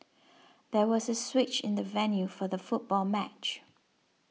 there was a switch in the venue for the football match